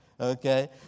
Okay